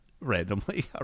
randomly